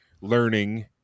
learning